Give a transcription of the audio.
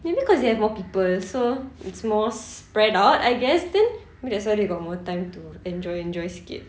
maybe cause they have more people so it's more spread out I guess then maybe that's why they got more time to enjoy enjoy sikit